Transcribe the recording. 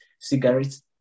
cigarettes